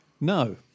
No